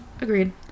Agreed